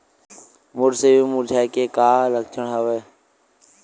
मोर सेमी मुरझाये के का लक्षण हवय?